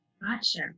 Gotcha